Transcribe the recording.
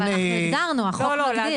אנחנו הגדרנו, החוק הגדיר.